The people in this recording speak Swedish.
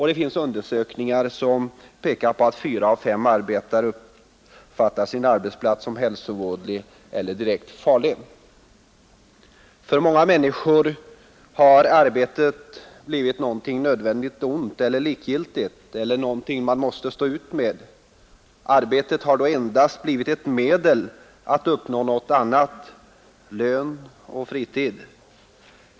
Det finns undersökningar som pekar på att fyra av fem arbetare uppfattar sin arbetsplats som hälsovådlig eller direkt farlig. För många människor har arbetet blivit ett nödvändigt ont, någonting likgiltigt eller någonting man måste stå ut med. Arbetet har då endast blivit ett medel att skaffa sig något annat: lön och fritid.